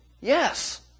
Yes